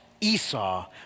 Esau